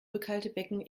rückhaltebecken